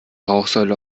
rauchsäule